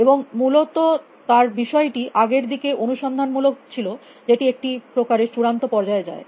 এবং মূলত তার বিষয়টি আগের দিকে অনুসন্ধান মূলক ছিল যেটি একটি প্রকারের চূড়ান্ত পর্যায়ে যায়